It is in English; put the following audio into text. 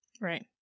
Right